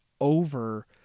over